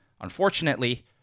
Unfortunately